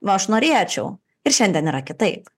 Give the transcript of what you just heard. va aš norėčiau ir šiandien yra kitaip